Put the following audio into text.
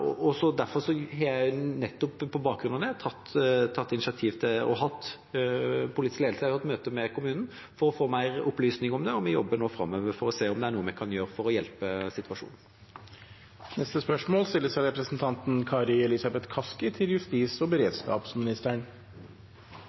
Derfor har jeg nettopp på bakgrunn av det tatt initiativ. Politisk ledelse har hatt møte med kommunen for å få mer opplysninger om saken, og vi jobber nå framover for å se om det er noe vi kan gjøre for å